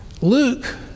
Luke